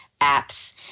apps